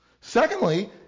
Secondly